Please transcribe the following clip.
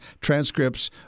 transcripts